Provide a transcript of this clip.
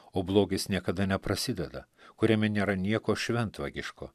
o blogis niekada neprasideda kuriame nėra nieko šventvagiško